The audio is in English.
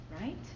right